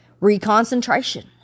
Reconcentration